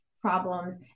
problems